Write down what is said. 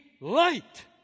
light